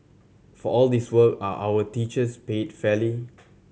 for all this work are our teachers paid fairly